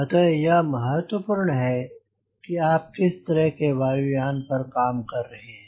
अतः यह महत्वपूर्ण है कि आप किस तरह के वायु यान पर काम कर रहे हैं